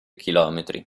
chilometri